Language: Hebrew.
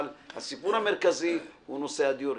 אבל הסיפור המרכזי הוא הדיור.